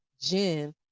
jen